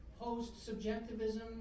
post-subjectivism